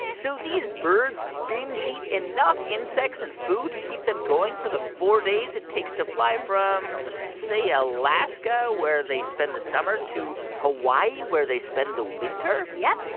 so these birds binge eat enough insects and food to keep them going for the four days it takes to fly from, say, alaska, where they spend the summer, to hawaii, where they spend the winter? yep.